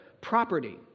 property